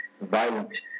violent